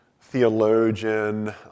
theologian